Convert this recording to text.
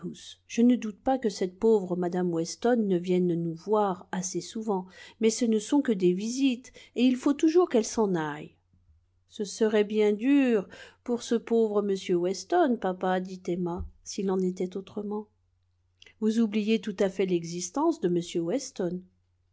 je ne doute pas que cette pauvre mme weston ne vienne nous voir assez souvent mais ce ne sont que des visites et il faut toujours qu'elle s'en aille ce serait bien dur pour ce pauvre m weston papa dit emma s'il en était autrement vous oubliez tout à fait l'existence de m weston